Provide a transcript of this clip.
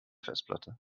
festplatte